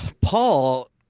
paul